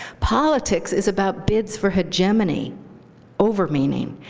politics is about bids for hegemony over meaning.